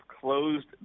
closed